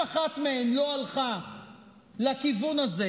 ואף אחת מהן לא הלכה לכיוון הזה.